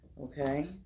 Okay